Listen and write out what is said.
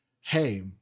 Hey